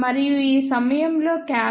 మరియు ఈ సమయంలో క్యావిటీ గ్యాప్ వోల్టేజ్ 0